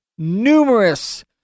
numerous